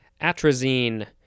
atrazine